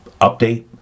update